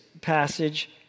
passage